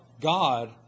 God